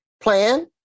plan